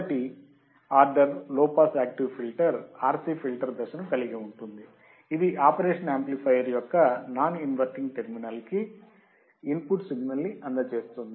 మొదటి ఆర్డర్ లో pass active filter RC filter దశను కలిగి ఉంటుంది ఇది ఆపరేషన్ యాంప్లిఫయర్ యొక్క నాన్ ఇన్వర్టింగ్ టెర్మినల్ కి ఇన్పుట్ సిగ్నల్ ని అందచేస్తుంది